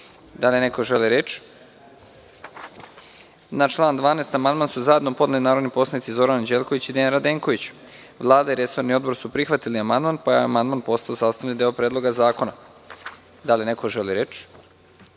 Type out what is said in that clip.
li neko želi reč? Ne. Na član 12. amandman su zajedno podneli narodni poslanici Zoran Anđelković i Dejan Radenković. Vlada i resorni Odbor su prihvatili amandman. Konstatujem da je amandman postao sastavni deo Predloga zakona. Da li neko želi reč?